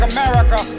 America